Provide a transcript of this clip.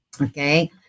Okay